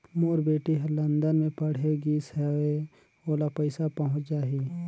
मोर बेटी हर लंदन मे पढ़े गिस हय, ओला पइसा पहुंच जाहि?